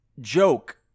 joke